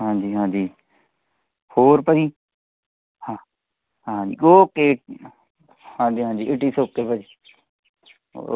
ਹਾਂਜੀ ਹਾਂਜੀ ਹੋਰ ਭਾਅ ਜੀ ਹਾਂ ਹਾਂਜੀ ਓਕੇ ਹਾਂਜੀ ਹਾਂਜੀ ਇਟ ਇਸ ਓਕੇ ਭਾਅ ਜੀ ਓ